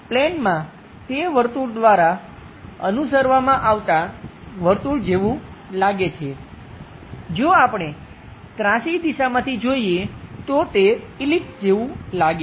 તેથી પ્લેનમાં તે વર્તુળ દ્વારા અનુસરવામાં આવતા વર્તુળ જેવું લાગે છે જો આપણે ત્રાસી દિશામાંથી જોઈએ તો તે ઈલિપ્સ જેવું લાગે છે